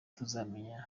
tuzamenya